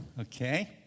Okay